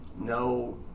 No